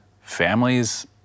families